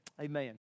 amen